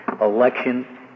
election